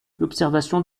l’observation